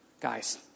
Guys